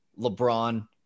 LeBron